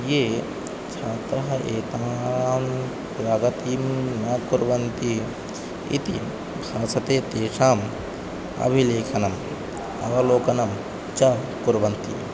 ये छात्राः एतां प्रगतिं न कुर्वन्ति इति भासते तेषाम् अविलेखनम् अवलोकनं च कुर्वन्ति